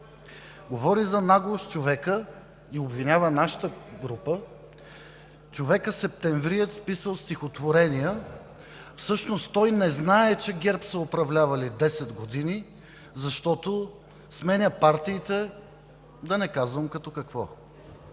Говори за наглост човекът и обвинява нашата група човекът – септемвриец, писал стихотворения. Всъщност той не знае, че ГЕРБ са управлявали десет години, защото сменя партиите, да не казвам като какво.